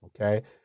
okay